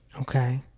Okay